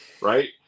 right